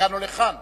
לכאן או לכאן,